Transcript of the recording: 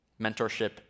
Mentorship